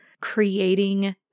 creating